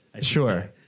sure